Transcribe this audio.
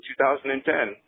2010